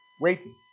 Waiting